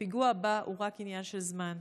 הפיגוע הבא הוא רק עניין של זמן,